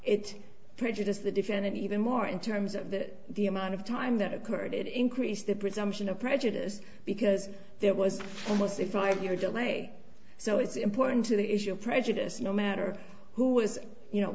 it prejudiced the defendant even more in terms of that the amount of time that occurred it increased the presumption of prejudice because there was almost a five year delay so it's important to the issue of prejudice no matter who was you know